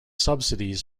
subsidies